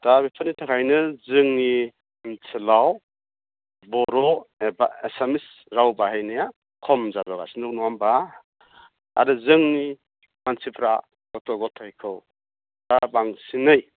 दा बिफोरनि थाखायनो जोंनि ओनसोलाव बर' एबा एसामिस राव बाहायनाया खम जालांगासिनो दं नङा होम्बा आरो जोंनि मानसिफ्रा गथ' गथायखौ दा बांसिनै